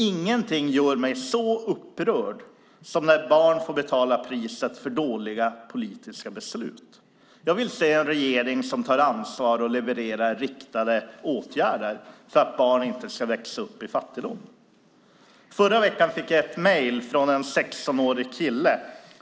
Ingenting gör mig så upprörd som när barn får betala priset för dåliga politiska beslut. Jag vill se en regering som tar ansvar och levererar riktade åtgärder för att barn inte ska växa upp i fattigdom. Förra veckan fick jag ett mejl från en 16-årig kille.